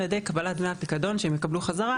ידי קבלת דמי הפיקדון שהם יקבלו חזרה